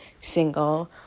single